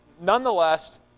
nonetheless